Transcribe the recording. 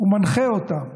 ומנחה אותם